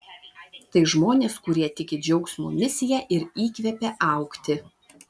tai žmonės kurie tiki džiaugsmo misija ir įkvepia augti